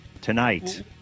tonight